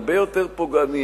הרבה יותר פוגעני,